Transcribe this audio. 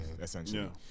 essentially